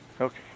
Okay